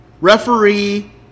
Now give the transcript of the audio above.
Referee